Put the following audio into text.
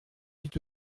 huit